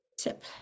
tip